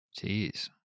Jeez